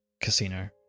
casino